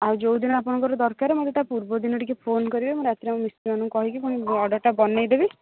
ଆଉ ଯୋଉ ଦିନ ଆପଣଙ୍କର ଦରକାରେ ମୋତେ ତା ପୂର୍ବ ଦିନ ଟିକେ ଫୋନ୍ କରିବେ ମୁଁ ରାତିରେ ମିସ୍ତ୍ରୀମାନଙ୍କୁ କହି ପୁଣି ଅର୍ଡ଼ରଟା ବନେଇ ଦେବି